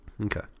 Okay